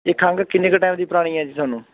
ਇਹ ਖੰਘ ਕਿੰਨੇ ਕੁ ਟੈਮ ਦੀ ਪੁਰਾਣੀ ਹੈ ਜੀ ਤੁਹਾਨੂੰ